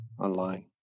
online